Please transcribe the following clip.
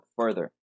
further